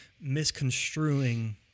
misconstruing